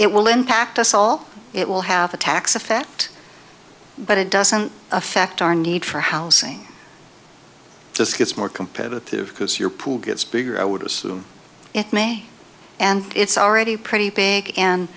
it will impact us all it will have a tax effect but it doesn't affect our need for housing just gets more competitive because your pool gets bigger i would assume it may and it's already pretty big and